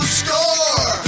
score